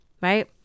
right